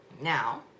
now